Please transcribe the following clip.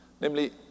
Namely